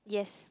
yes